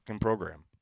program